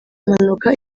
mpanuka